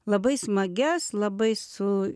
labai smagias labai su